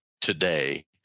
today